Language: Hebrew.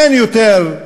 אין יותר.